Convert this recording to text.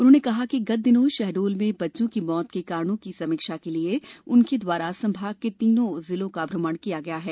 उन्होने कहा कि गत दिनों शहडोल में बच्चों की मौत के कारणों की समीक्षा के लिए उनके दवारा संभाग के तीनों जिलों का भ्रमण किया गया है